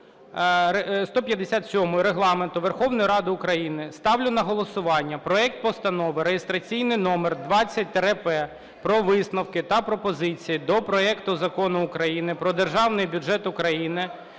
статті 157 Регламенту Верховної Ради України ставлю на голосування проект Постанови (реєстраційний номер 2000-П) про висновки та пропозиції до проекту Закону України про Державний бюджет України